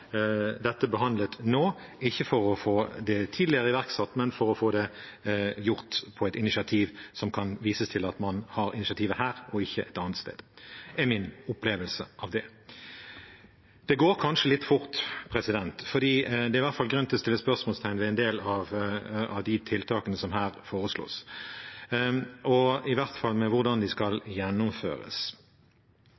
dette behandlet nå fordi man vil få det tidligere iverksatt, men at man vil få det gjort på en måte som gjør at det kan vises til at man har tatt initiativet her og ikke et annet sted. Det er min opplevelse av det. Det går kanskje litt fort, for det er i hvert fall grunn til å sette spørsmålstegn ved en del av de tiltakene som her foreslås – i hvert fall med hvordan de skal